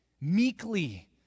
meekly